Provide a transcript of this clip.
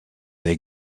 they